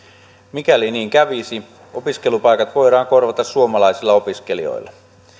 mikäli niin kävisi opiskelupaikat voidaan korvata suomalaisilla opiskelijoilla